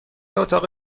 اتاق